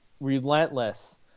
relentless